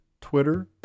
Twitter